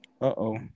uh-oh